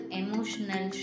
emotional